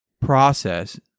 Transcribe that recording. process